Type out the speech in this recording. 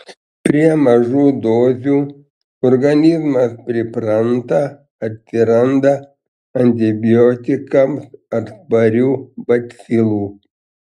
prie mažų dozių organizmas pripranta atsiranda antibiotikams atsparių bacilų